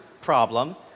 problem